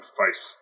face